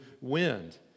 wind